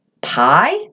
pie